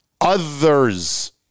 Others